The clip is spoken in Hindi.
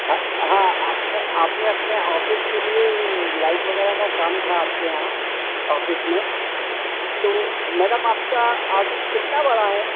हाँ हाँ आपने अपने ऑफ़िस के लिए लाइट वग़ैरह का काम था आपके यहाँ ऑफ़िस में तो मैडम आपका ऑफ़िस कितना बड़ा है